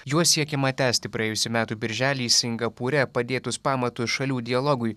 juos siekiama tęsti praėjusių metų birželį singapūre padėtus pamatus šalių dialogui